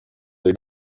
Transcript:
dei